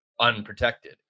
unprotected